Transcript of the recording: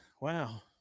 wow